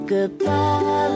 Goodbye